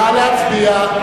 נא להצביע.